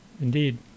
indeed